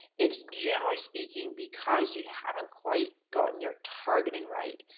it's generally speaking because you haven't quite gotten your targeting right?